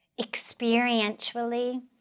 experientially